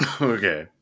Okay